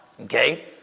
Okay